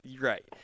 Right